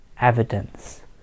evidence